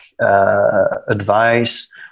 advice